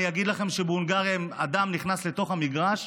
אני אגיד לכם שבהונגריה אם אדם נכנס לתוך המגרש,